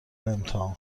امتحان